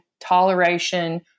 toleration